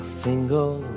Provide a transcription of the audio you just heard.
single